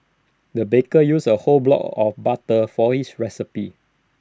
the baker used A whole block of butter for his recipe